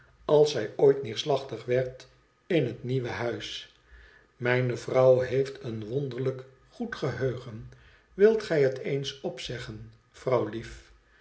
als zij ooit neerslachtig werd in het nieuwe huis mijne vrouw heeft een wonderlijk goed geheugen wilt gij het eens opzeggen vrouwlief